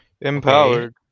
empowered